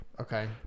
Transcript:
Okay